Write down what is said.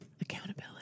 Accountability